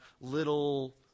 little